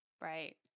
Right